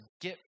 get